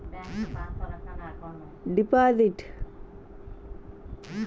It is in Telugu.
బ్యాంక్ ఫీజ్లు అంటే ఏమిటి?